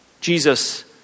Jesus